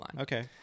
Okay